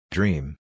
Dream